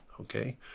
Okay